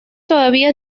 todavía